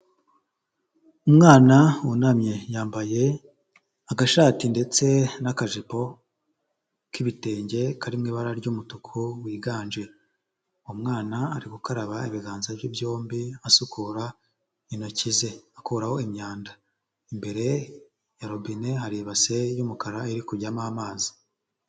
Umwana wunamye yambaye agashati ndetse n'akajipo k'ibitenge karirimo ibara ry'umutuku wiganje, uwo mwana ari gukaraba ibiganza bye byombi asukura intoki ze akuraho imyanda, imbere ya robine hiri ibase y'umukara iri kujyamo amazi.